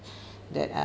that uh